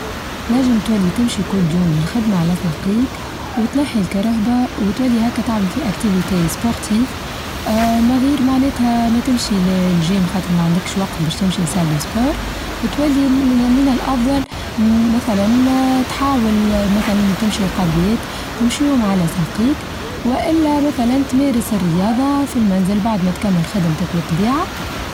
نچم تولي تمشي كول يوم للخدمة على ساقيق وتنحي الكراهبة وتولي هاكا تعمل في أكتيڤيتاى سبوغتيڤ آآ ما غير معناتها ما تمشي نچم خاطر ما عندكش وقت باش تمشي لسادوسبار تولي من الأفظل مثلا آآ تحاول آآ مثلا تمشي القاضيات تمشيهم على ساقيك وإلا مثلا تمارس الرياضة في المنزل بعد ما تكمل خدمتك بالطبيعة.